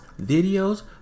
videos